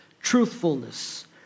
truthfulness